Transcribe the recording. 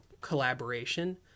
collaboration